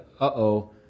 uh-oh